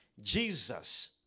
Jesus